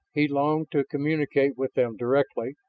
he longed to communicate with them directly,